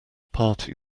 party